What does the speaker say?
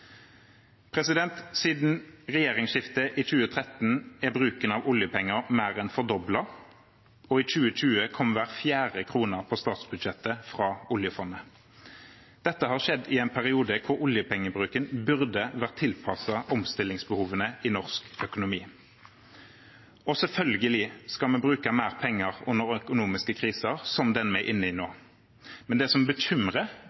Siden regjeringsskiftet i 2013 er bruken av oljepenger mer enn fordoblet, og i 2020 kom hver fjerde krone på statsbudsjettet fra oljefondet. Dette har skjedd i en periode der oljepengebruken burde vært tilpasset omstillingsbehovene i norsk økonomi. Selvfølgelig skal vi bruke mer penger under økonomiske kriser, som den vi er inne i nå. Det som bekymrer,